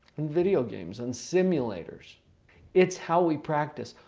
in video games and simulators it's how we practice.